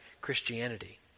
Christianity